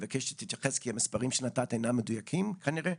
ואני מבקש שתתייחס כי המספרים שנתת אינם מדויקים כנראה,